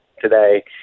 today